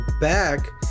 back